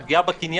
זו פגיעה בקניין,